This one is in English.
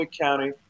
County